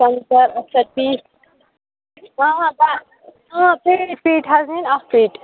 سَنٛگتَر اَچھا ٹھیٖک آ پتہٕ پیٖٹ پیٖٹ حظ نِنۍ اَکھ پیٖٹ